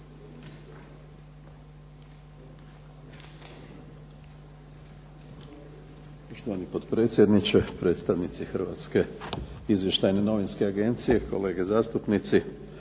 Poštovani potpredsjedniče, predstavnici Hrvatske izvještajne novinske agencije, kolege zastupnici.